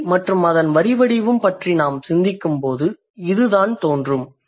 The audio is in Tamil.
மொழி மற்றும் அதன் வரிவடிவம் பற்றி நாம் சிந்திக்கும் போது இதுதான் தோன்றும்